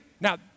now